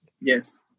Yes